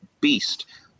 beast